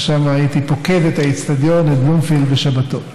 ששם הייתי פוקד את האצטדיון, את בלומפילד, בשבתות.